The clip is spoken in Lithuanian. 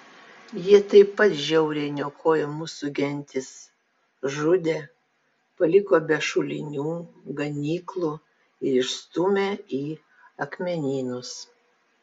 jie taip pat žiauriai niokojo mūsų gentis žudė paliko be šulinių ganyklų ir išstūmė į akmenynus